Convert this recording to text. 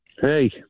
Hey